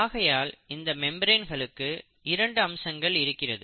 ஆகையால் இந்த மெம்பிரேன்களுக்கு இரண்டு அம்சங்கள் இருக்கிறது